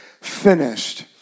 finished